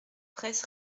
près